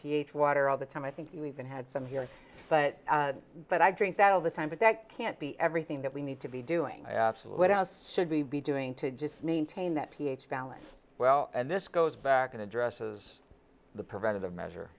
ph water all the time i think you even had some here but but i drink that all the time but that can't be everything that we need to be doing absolute what else should be be doing to just maintain that ph balance well and this goes back and addresses the preventative measure